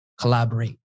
collaborate